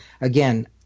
again